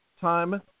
time